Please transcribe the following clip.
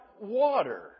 water